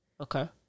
Okay